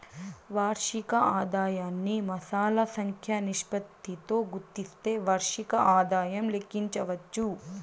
వార్షిక ఆదాయాన్ని మాసాల సంఖ్య నిష్పత్తితో గుస్తిస్తే వార్షిక ఆదాయం లెక్కించచ్చు